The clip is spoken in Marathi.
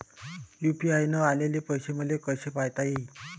यू.पी.आय न आलेले पैसे मले कसे पायता येईन?